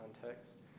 context